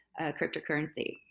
cryptocurrency